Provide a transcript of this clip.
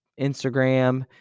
Instagram